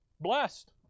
Blessed